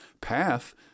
path